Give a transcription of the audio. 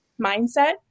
mindset